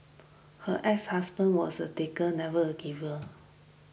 her exhusband was a taker never a giver